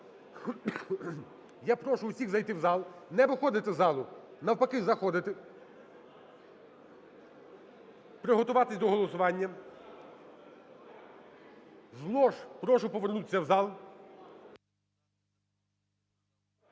Я прошу усіх зайти в зал, не виходити з залу, навпаки – заходити. Приготуватись до голосування. З лож прошу повернутися в зал.